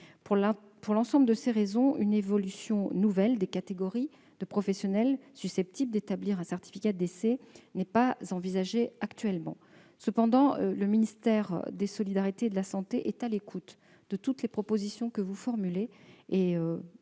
Pour l'ensemble de ces raisons, une évolution nouvelle des catégories de professionnels susceptibles d'établir un certificat de décès n'est pas actuellement envisagée. Cependant, le ministère des solidarités et de la santé est à l'écoute de toutes les propositions constructives